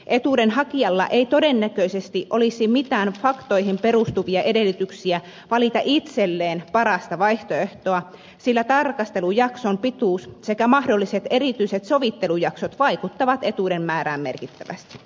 etuuden hakijalla ei todennäköisesti olisi mitään faktoihin perustuvia edellytyksiä valita itselleen parasta vaihtoehtoa sillä tarkastelujakson pituus sekä mahdolliset erityiset sovittelujaksot vaikuttavat etuuden määrään merkittävästi